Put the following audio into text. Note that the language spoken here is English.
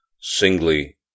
singly